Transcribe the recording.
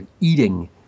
eating